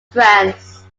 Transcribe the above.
friends